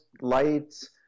lights